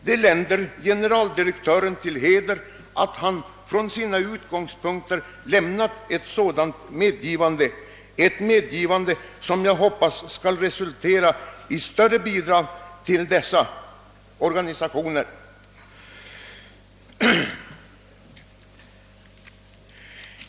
Det länder generaldirektören till heder att han från sina utgångspunkter lämnat ett sådant medgivande, ett medgivande som jag hoppas skall resultera i större bidrag till dessa organisationer.